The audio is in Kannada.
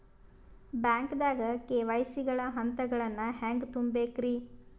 ಬ್ಯಾಂಕ್ದಾಗ ಕೆ.ವೈ.ಸಿ ಗ ಹಂತಗಳನ್ನ ಹೆಂಗ್ ತುಂಬೇಕ್ರಿ?